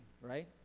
right